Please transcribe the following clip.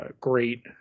great